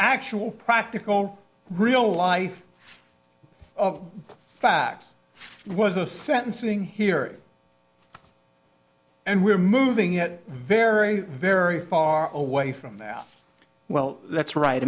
actual practical real life of facts was a sentencing hearing and we're moving it very very far away from that well that's right i